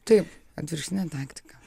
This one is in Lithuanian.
taip atvirkštinė taktika